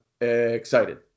excited